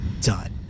done